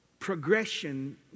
Progression